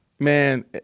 Man